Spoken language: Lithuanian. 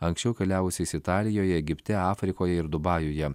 anksčiau keliavusiais italijoje egipte afrikoje ir dubajuje